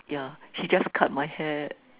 yeah she just cut my hair